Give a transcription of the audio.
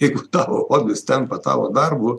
jeigu tavo hobis tampa tavo darbu